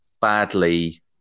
badly